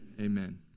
amen